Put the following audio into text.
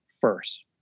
first